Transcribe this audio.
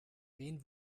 wen